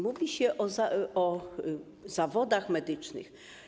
Mówi się o zawodach medycznych.